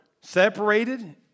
separated